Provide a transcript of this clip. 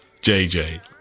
JJ